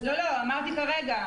אמרתי כרגע,